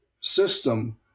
system